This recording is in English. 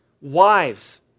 Wives